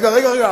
לא, רגע, רגע.